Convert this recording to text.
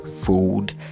food